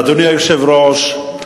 אדוני היושב-ראש,